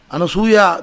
Anasuya